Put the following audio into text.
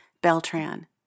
Beltran